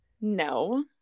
no